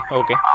okay